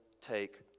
take